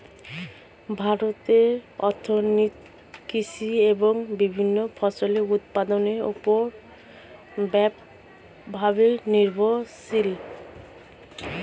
ভারতের অর্থনীতি কৃষি এবং বিভিন্ন ফসলের উৎপাদনের উপর ব্যাপকভাবে নির্ভরশীল